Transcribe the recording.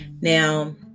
Now